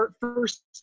first